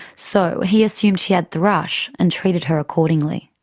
so he assumed she had thrush and treated her accordingly.